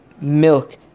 milk